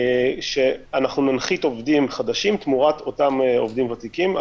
שאנחנו ננחית עובדים חדשים תמורת אותם עובדים ותיקים,